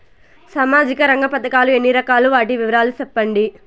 సామాజిక రంగ పథకాలు ఎన్ని రకాలు? వాటి వివరాలు సెప్పండి